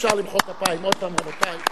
אפשר למחוא כפיים עוד פעם, רבותי.